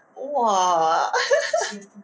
!wah!